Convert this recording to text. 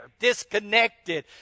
disconnected